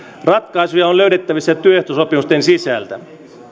ratkaisuja on löydettävissä työehtosopimusten sisältä